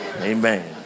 Amen